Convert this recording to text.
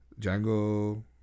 Django